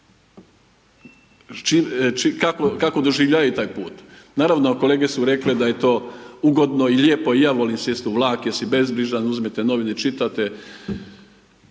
kako doživljavaju taj put. Naravno kolege su rekle da je to ugodno i lijepo i ja volim sjesti u vlak jer si bezbrižan, uzmete novine i čitate,